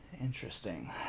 Interesting